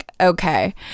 okay